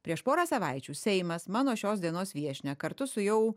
prieš porą savaičių seimas mano šios dienos viešnią kartu su jau